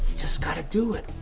just gotta do it.